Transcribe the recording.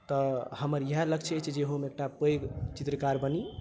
तऽ हमर इएह लक्ष्य अछि जे हम एकटा पैघ चित्रकार बनी